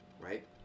Right